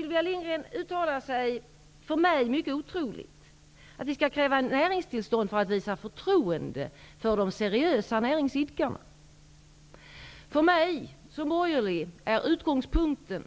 Sylvia Lindgren säger något som för mig är mycket otroligt. Hon säger att vi skall kräva näringstillstånd för att visa förtroende för de seriösa näringsidkarna. För mig, som borgerlig, är utgångspunkten